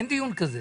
אין דיון כזה.